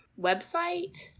website